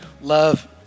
love